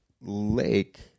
lake